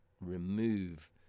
remove